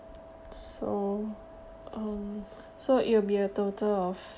so um so it will be a total of